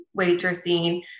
waitressing